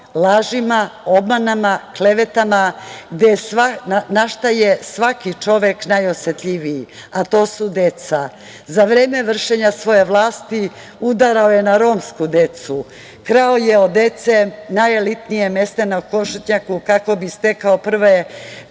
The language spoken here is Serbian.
lažima, obmanama, klevetama, na šta je svaki čovek najosetljiviji, a to su deca. Za vreme vršenja svoje vlasti udarao je na romsku decu, krao je od dece najelitnija mesta na Košutnjaku kako bi stekao